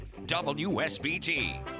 WSBT